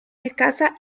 escasa